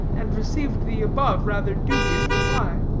and received the above rather dubious reply.